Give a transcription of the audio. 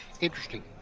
Interesting